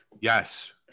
Yes